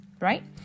right